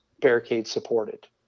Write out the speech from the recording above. barricade-supported